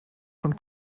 von